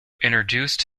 introduced